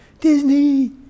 Disney